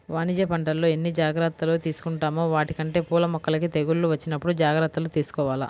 వాణిజ్య పంటల్లో ఎన్ని జాగర్తలు తీసుకుంటామో వాటికంటే పూల మొక్కలకి తెగుళ్ళు వచ్చినప్పుడు జాగర్తలు తీసుకోవాల